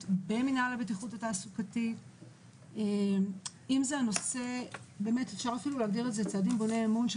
במנהל הבטיחות התעסוקתית אם זה הנושא של צעדים בוני אמון של